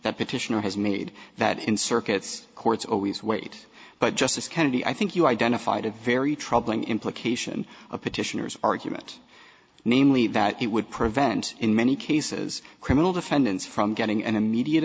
that petitioner has made that in circuits courts always wait but justice kennedy i think you identified a very troubling implication of petitioners argument namely that it would prevent in many cases criminal defendants from getting an